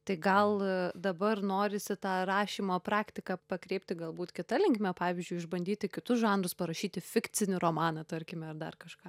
tai gal dabar norisi tą rašymo praktiką pakreipti galbūt kita linkme pavyzdžiui išbandyti kitus žanrus parašyti fikcinį romaną tarkime ar dar kažką